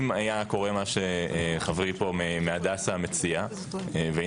אם היה קורה מה שחברי פה מהדסה מציע והיינו